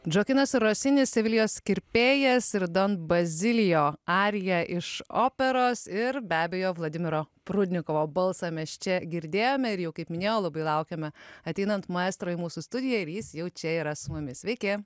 džoakinas rosinis sevilijos kirpėjas ir don bazilijo arija iš operos ir be abejo vladimiro prudnikovo balsą mes čia girdėjome ir jau kaip minėjau labai laukiame ateinant maestro į mūsų studiją ir jis jau čia yra su mumis sveiki